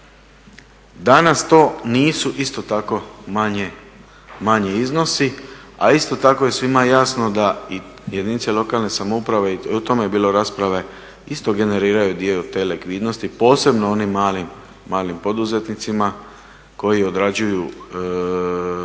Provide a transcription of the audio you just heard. Danas to nisu isto tako manji iznosi, a isto tako je svima jasno da i jedinice lokalne samouprave, i o tome je bilo rasprave isto generiraju dio te likvidnosti posebno onim malim poduzetnicima koji odrađuju jedan